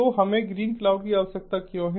तो हमें ग्रीनक्लाउड की आवश्यकता क्यों है